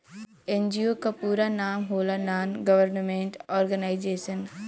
NGO क पूरा नाम होला नान गवर्नमेंट और्गेनाइजेशन